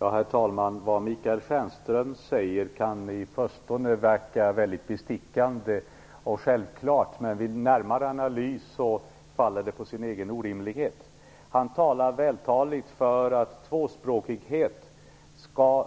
Herr talman! Vad Michael Stjernström säger kan i förstone verka väldigt bestickande och självklart, men vid närmare analys faller det på sin egen orimlighet. Han talar vältaligt för att tvåspråkig undervisning skall